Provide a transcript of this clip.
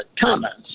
comments